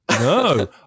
No